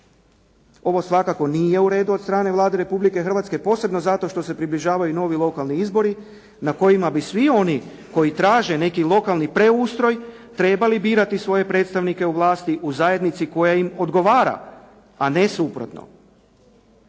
Ovo svakako nije u redu od strane Vlade Republike Hrvatske posebno zato što se približavaju novi lokalni izbori na kojima bi svi oni koji traže neki lokalni preustroj, trebali birati svoje predstavnike u vlasti u zajednici koja im odgovora, a ne suprotno.